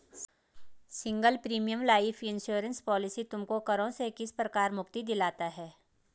Single premium life insurance policy तुमको करों से किस प्रकार मुक्ति दिलाता है?